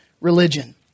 religion